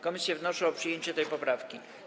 Komisje wnoszą o przyjęcie tej poprawki.